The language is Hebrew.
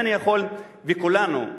וכולנו,